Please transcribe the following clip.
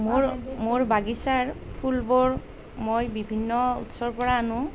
মোৰ মোৰ বাগিচাৰ ফুলবোৰ মই বিভিন্ন উৎসৰ পৰা আনো